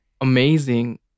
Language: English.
amazing